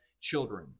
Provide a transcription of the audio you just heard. children